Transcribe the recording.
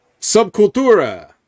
Subcultura